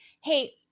hey